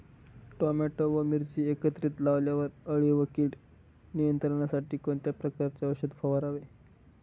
Tomato व मिरची एकत्रित लावल्यावर अळी व कीड नियंत्रणासाठी कोणत्या प्रकारचे औषध फवारावे?